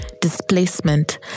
displacement